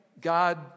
God